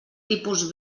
tipus